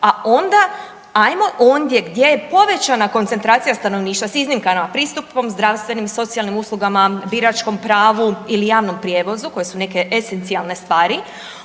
a onda ajmo ondje gdje je povećana koncentracija stanovništva s iznimkama, pristupom zdravstvenim i socijalnim uslugama, biračkom pravu, ili javnom prijevozu koje su neke esencijalne stvari